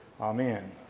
Amen